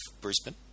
Brisbane